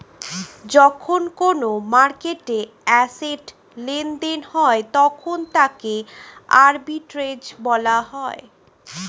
যখন কোনো মার্কেটে অ্যাসেট্ লেনদেন হয় তখন তাকে আর্বিট্রেজ বলা হয়